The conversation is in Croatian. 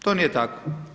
To nije tako.